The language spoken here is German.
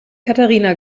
katharina